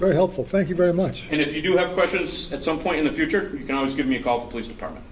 very helpful thank you very much and if you do have questions at some point in the future you can always give me a call the police department